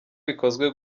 bikozwe